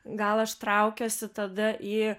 gal aš traukiuosi tada į